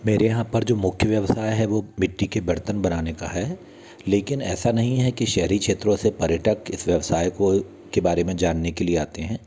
मेरे यहाँ पर जो मुख्य व्यवसाय है वो मिट्टी के बर्तन बनाने का है लेकिन ऐसा नहीं है कि शहरी क्षेत्रों से पर्यटक इस व्यवसाय को के बारे में जानने के लिए आते हैं